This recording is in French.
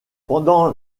pendant